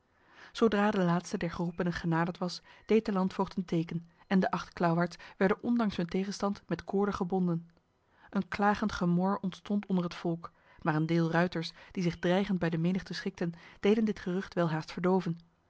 zodra de laatste der geroepenen genaderd was deed de landvoogd een teken en de acht klauwaards werden ondanks hun tegenstand met koorden gebonden een klagend gemor ontstond onder het volk maar een deel ruiters die zich dreigend bij de menigte schikten deden dit gerucht welhaast verdoven